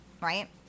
right